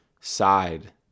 side